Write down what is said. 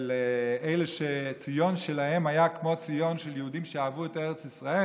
של אלה שציון שלהם הייתה כמו ציון של יהודים שאהבו את ארץ ישראל,